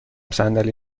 صندلی